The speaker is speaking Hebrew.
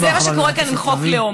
וזה מה שקורה כאן עם חוק לאום.